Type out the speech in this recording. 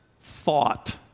thought